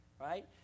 right